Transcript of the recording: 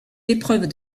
épreuves